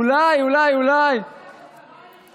אולי, אולי, אולי.